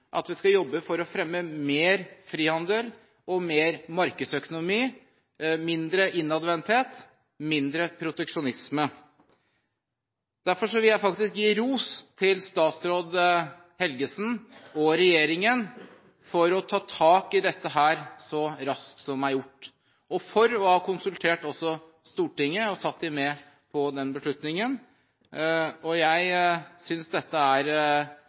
at vi skal jobbe for å fremme mer frihandel og mer markedsøkonomi, mindre innadvendthet og mindre proteksjonisme. Derfor vil jeg faktisk gi ros til statsråd Helgesen og regjeringen for å ta tak i dette så raskt som det er gjort, og for også å ha konsultert Stortinget og tatt det med på beslutningen. Jeg synes det er